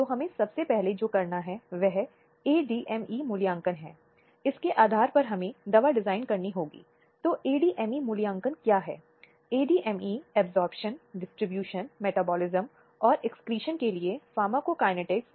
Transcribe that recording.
ऐसे सभी मामलों में यह बलात्कार के अपराध के बराबर है जिसके लिए पूर्ण गद्दार को जिम्मेदार ठहराया जा सकता है